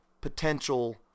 potential